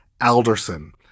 Alderson